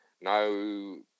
no